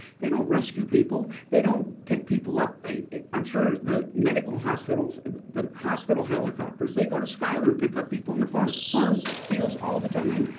they don't rescue people. they don't pick people up. they i'm sure the medical hospitals the hospital helicopters, they go to schuyler and pick up people in the farm farm fields all the time.